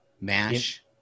MASH